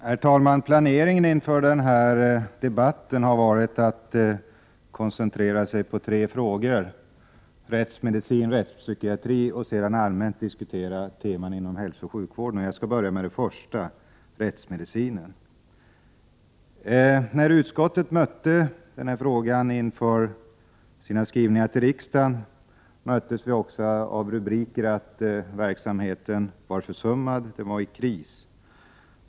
Herr talman! Planeringen inför den här debatten var att kammarens diskussioner skall koncentreras på tre frågor, rättsmedicin, rättspsykiatri och allmänt om hälsooch sjukvård. Jag skall börja med det första: rättsmedicinen. När utskottet mötte den här frågan inför sina skrivningar till riksdagen möttes vi också av rubriker om att verksamheten var försummad, den var i kris.